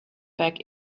back